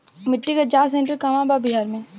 मिटी के जाच सेन्टर कहवा बा बिहार में?